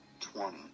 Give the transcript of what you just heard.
Twenty